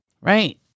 Right